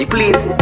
Please